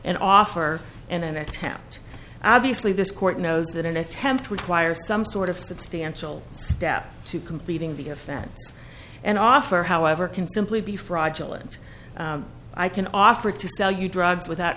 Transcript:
an offer and an attempt obviously this court knows that an attempt to require some sort of substantial step to completing the offense and offer however can simply be fraudulent i can offer to sell you drugs without